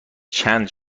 چند